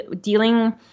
dealing